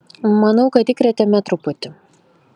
manau kad įkrėtėme truputį